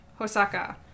Hosaka